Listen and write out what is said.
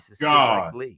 God